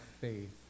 faith